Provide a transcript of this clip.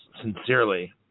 sincerely